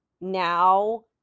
now